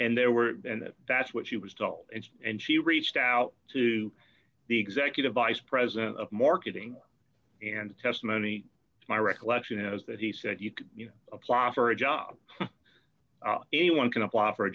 and there were and that's what she was dull and she reached out to the executive vice president of marketing and testimony my recollection is that he said you can apply for a job anyone can apply for a